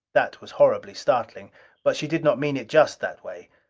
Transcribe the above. that was horribly startling but she did not mean it just that way.